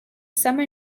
semi